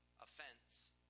offense